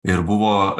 ir buvo